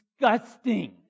Disgusting